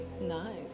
Nice